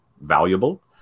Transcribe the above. valuable